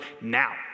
now